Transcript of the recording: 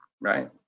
Right